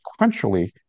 sequentially